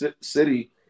city